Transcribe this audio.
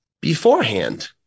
beforehand